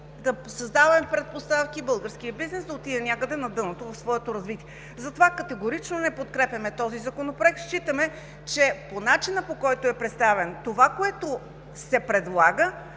да създаваме предпоставки българският бизнес да отиде някъде на дъното в своето развитие. Ние категорично не подкрепяме този законопроект! Считаме, че по начина, по който е представен – това, което се предлага,